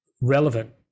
relevant